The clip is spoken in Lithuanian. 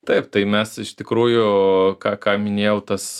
taip tai mes iš tikrųjų ką ką minėjau tas